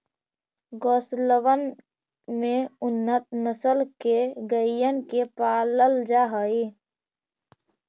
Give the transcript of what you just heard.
गौशलबन में उन्नत नस्ल के गइयन के पालल जा हई